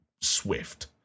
swift